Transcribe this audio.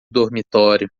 dormitório